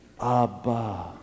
Abba